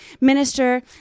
minister